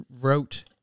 wrote